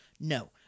no